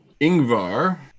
Ingvar